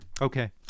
okay